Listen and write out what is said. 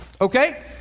okay